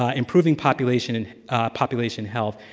ah improving population and population health,